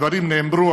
הדברים נאמרו,